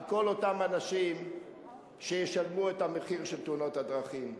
על כל אותם אנשים שישלמו את המחיר של תאונות הדרכים.